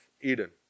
Eden